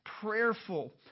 prayerful